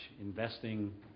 investing